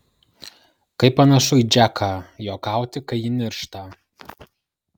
kaip panašu į džeką juokauti kai ji niršta